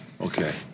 Okay